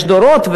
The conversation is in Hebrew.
יש דורות,